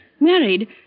Married